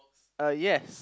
uh yes